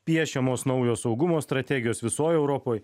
piešiamos naujos saugumo strategijos visoj europoj